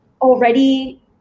already